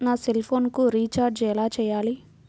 నా సెల్ఫోన్కు రీచార్జ్ ఎలా చేయాలి?